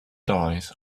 dies